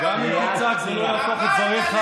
נדבר אליך